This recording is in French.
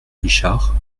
richard